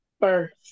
first